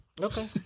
Okay